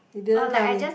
you didn't tell me